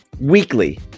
weekly